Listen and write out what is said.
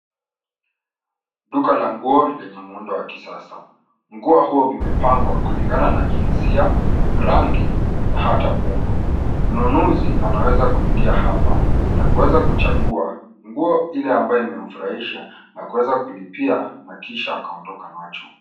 Duka la nguo lenye muundo wa kisasa. Nguo huwa zimepangwa kulingana na jinsia, rangi na hata umbo. Mnunuzi anaweza kuingia hapa na kuweza kuchagua nguo ile ambayo imemfurahisha na kuweza kulipia na kisha akaondoka nacho.